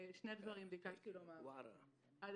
שני דברים ביקשתי לומר: ראשית,